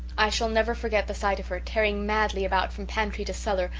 i shall never forget the sight of her, tearing madly about from pantry to cellar,